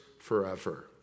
forever